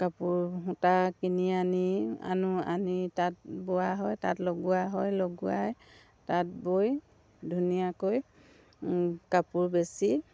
কাপোৰ সূতা কিনি আনি আনোঁ আনি তাঁত বোৱা হয় তাঁত লগোৱা হয় লগোৱাই তাঁত বৈ ধুনীয়াকৈ কাপোৰ বেচি